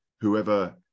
whoever